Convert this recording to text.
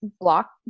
block